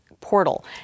portal